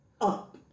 up